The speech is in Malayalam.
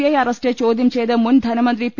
ഐ അറസ്റ്റ് ചോദ്യം ചെയ്ത് മുൻ ധനമന്ത്രി പി